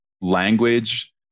language